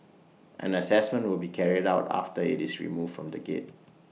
an Assessment will be carried out after IT is removed from the gate